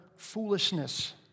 foolishness